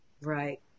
Right